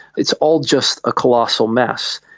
it's all just a colossal mess.